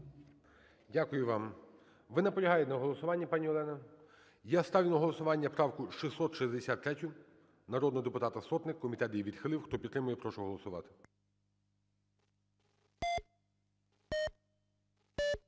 Дякую вам. Ви наполягаєте на голосуванні, пані Олена? Я ставлю на голосування правку 663, народного депутата Сотник, комітет її відхилив, хто підтримує, прошу голосувати.